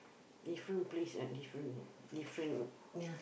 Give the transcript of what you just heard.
different place like different different